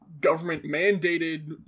Government-mandated